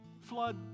Flood